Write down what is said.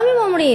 גם אם אומרים,